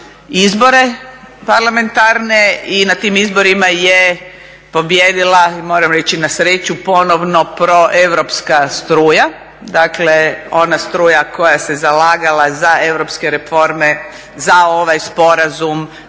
izbore parlamentarne i na tim izborima je pobijedila i moram reći na sreću ponovno proeuropska struja, dakle ona struja koja se zalagala za europske reforme za ovaj sporazum